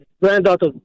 granddaughter